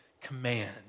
command